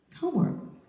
Homework